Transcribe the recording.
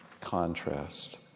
contrast